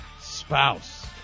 spouse